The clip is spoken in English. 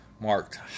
marked